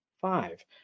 five